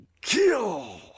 kill